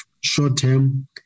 short-term